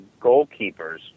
goalkeepers